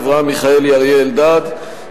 אברהם מיכאלי ואריה אלדד,